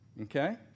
Okay